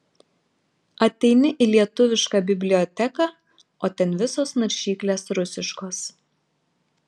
ateini į lietuviška biblioteką o ten visos naršyklės rusiškos